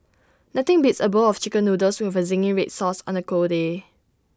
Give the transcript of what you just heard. nothing beats A bowl of Chicken Noodles with A Zingy Red Sauce on A cold day